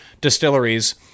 distilleries